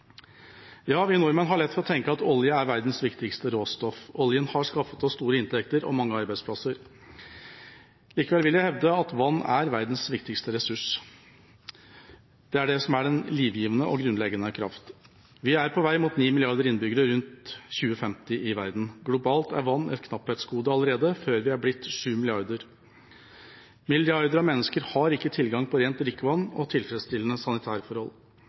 Vi nordmenn har lett for å tenke at olje er verdens viktigste råstoff. Oljen har skaffet oss store inntekter og mange arbeidsplasser. Likevel vil jeg hevde at vann er verdens viktigste ressurs. Det er det som er den livgivende og grunnleggende kraft. Vi er på vei mot 9 milliarder innbyggere i verden rundt 2050. Globalt er vann et knapphetsgode allerede før vi er blitt sju milliarder. Milliarder av mennesker har ikke tilgang på rent drikkevann og tilfredsstillende sanitærforhold.